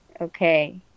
okay